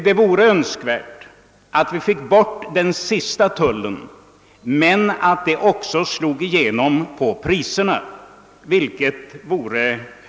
Det vore önskvärt att vi fick bort den sista delen av tullen men att det också skulle slå igenom på priserna.